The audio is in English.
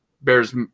bears